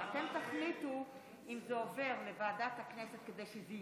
אתם תחליטו אם זה עובר לוועדת הכנסת כדי שזה,